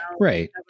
Right